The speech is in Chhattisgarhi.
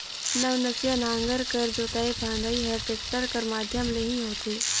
नवनसिया नांगर कर जोतई फदई हर टेक्टर कर माध्यम ले ही होथे